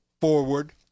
forward